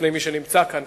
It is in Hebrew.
בפני מי שנמצא כאן,